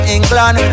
England